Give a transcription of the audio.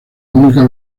única